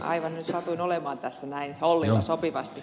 aivan nyt satuin olemaan tässä näin hollilla sopivasti